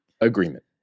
agreement